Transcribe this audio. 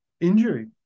injury